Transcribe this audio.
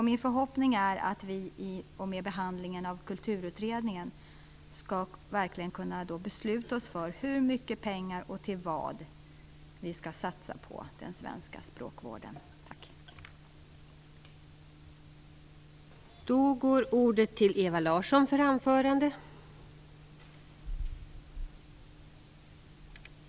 Min förhoppning är att vi genom behandlingen av kulturutredningen verkligen skall kunna besluta om hur mycket pengar vi skall satsa på den svenska språkvården och vad pengarna skall gå till.